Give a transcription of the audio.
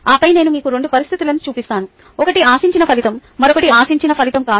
ఆపై నేను మీకు 2 పరిస్థితులను చూపిస్తాను ఒకటి ఆశించిన ఫలితం మరొకటి ఆశించిన ఫలితం కాదు